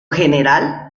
general